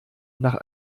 nach